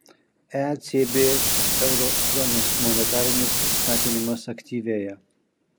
ecb euro zonos monetarinis skatinimas aktyvėja